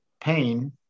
pain